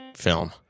film